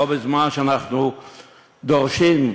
בו בזמן שאנחנו דורשים,